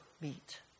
meet